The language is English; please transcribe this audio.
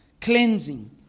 cleansing